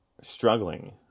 struggling